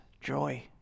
joy